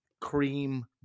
cream